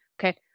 Okay